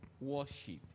worship